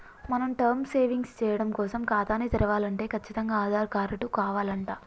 మనం term savings సేయడం కోసం ఖాతాని తెరవలంటే కచ్చితంగా ఆధార్ కారటు కావాలంట